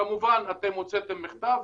כמובן אתם הוצאתם מכתב,